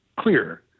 clear